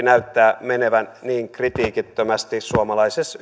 näyttää menevän niin kritiikittömästi suomalaisessa